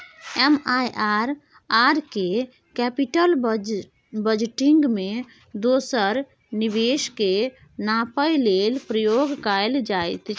MIRR केँ capital budgeting मे दोसर निबेश केँ नापय लेल प्रयोग कएल जाइत छै